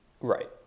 Right